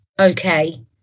okay